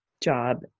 job